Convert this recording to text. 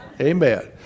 Amen